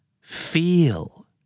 Feel